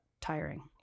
tiring